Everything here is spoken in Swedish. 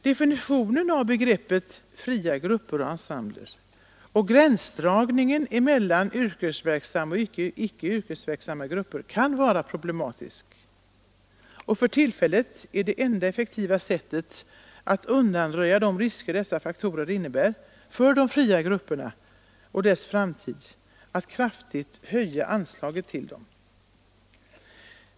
Definitionen av begreppet fria grupper och ensembler och gränsdragningen mellan yrkesverksamma och icke yrkesverksamma grupper kan vara ett problem, och för tillfället är det enda effektiva sättet att undanröja de risker dessa faktorer innebär för de fria grupperna och deras framtid att kraftigt höja anslaget till dem.